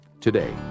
today